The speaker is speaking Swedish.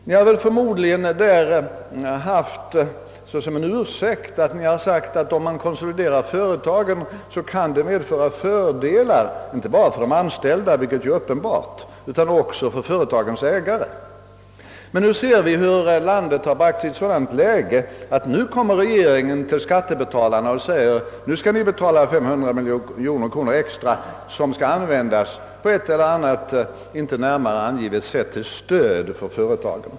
Ni har förmodligen ursäktat er med att säga, att om man konsoliderar företagen kan det medföra fördelar inte bara för de anställda, vilket ju är uppenbart, utan också för företagens ägare. Men nu ser vi att landet har bragts i ett sådant läge, att nu kommer regeringen till skattebetalarna och säger att nu skall ni betala 500 miljoner kronor extra som skall användas på ett eller annat, inte närmare angivet sätt till stöd för företagen.